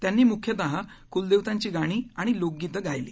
त्यांनी मुख्यत कुलदेवतांची गाणी आणि लोकगीतं गायली